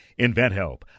InventHelp